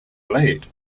laid